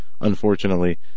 unfortunately